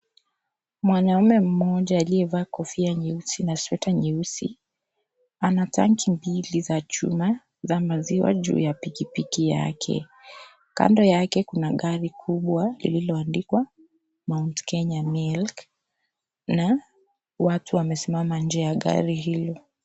Mwanamme mmoja aliyevaa Kofia nyeusi na Sweta nyeusi ,ana tanki mbili za chuma ya Maziwa juu ya pikipiki yake . Kando yake kuna gari kubwa iliyoandikwa Mt Kenya milk na watu wamesimama nje ya gari hilo.